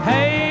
Hey